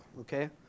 okay